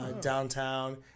downtown